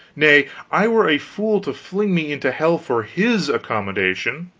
nay, i were a fool to fling me into hell for his accommodation.